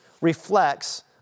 reflects